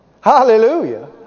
Hallelujah